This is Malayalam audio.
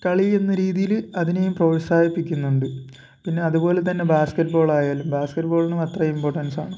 കളിയെന്ന രീതിയിൽ അതിനെ ഞാൻ പ്രോൽസാഹിപ്പിക്കുന്നുണ്ട് പിന്നെ അതുപോലെ തന്നെ ബാസ്കെറ്റ്ബോൾ ആയാലും ബാസ്കെറ്റ്ബോളിനും അത്ര ഇംപോർട്ടൻസ് ആണ്